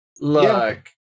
Look